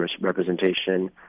representation